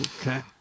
Okay